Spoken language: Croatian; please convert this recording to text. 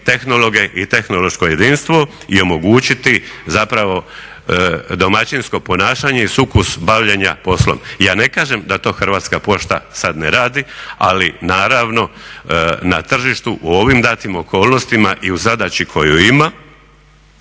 tehnologe i tehnološko jedinstvo i omogućiti zapravo domaćinsko ponašanje i sukus bavljenja poslom. Ja ne kažem da to Hrvatska pošta sad ne radi ali naravno na tržištu u ovim datim okolnostima i u zadaći koju ima